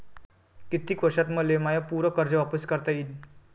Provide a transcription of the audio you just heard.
कितीक वर्षात मले माय पूर कर्ज वापिस करता येईन?